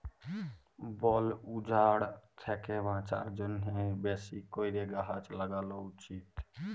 বল উজাড় থ্যাকে বাঁচার জ্যনহে বেশি ক্যরে গাহাচ ল্যাগালো উচিত